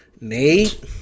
Nate